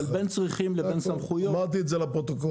אבל בין צריכים לבין סמכויות אמרתי את זה לפרוטוקול.